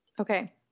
Okay